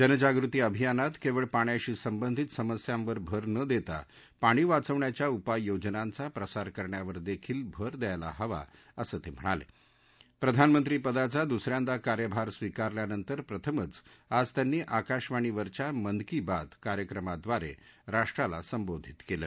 जनजागृती अभियानात कळ पाण्याशी संबंधित समस्यांवर भर न दक्ती पाणी वाचवण्याच्या उपाययोजनांचा प्रसार करण्यावर दक्तील भर द्यायला हवा असं तक्हिणालक्ष प्रधानमंत्री पदाचा दुस यादा कार्यभार स्वीकारल्यानतर प्रथमच आज त्यांनी आकाशवाणीवरच्या मन की बात कार्यक्रमाद्वार जिष्ट्राला संबोधित कले